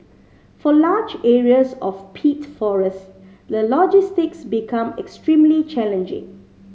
for large areas of peat forest the logistics become extremely challenging